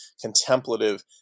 contemplative